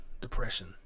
depression